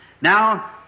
Now